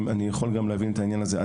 אני יכול גם להבין את העניין הזה.